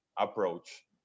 approach